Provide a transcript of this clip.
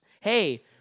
hey